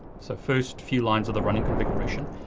so first few lines of the running configuration.